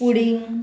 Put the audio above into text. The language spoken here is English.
pudding